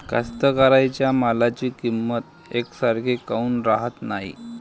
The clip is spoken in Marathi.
कास्तकाराइच्या मालाची किंमत यकसारखी काऊन राहत नाई?